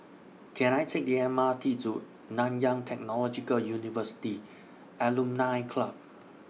Can I Take The M R T to Nanyang Technological University Alumni Club